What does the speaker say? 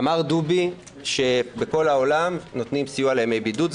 אמר דובי שבכל העולם נותנים סיוע לימי בידוד,